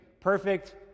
Perfect